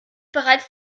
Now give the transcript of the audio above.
bereits